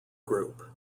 group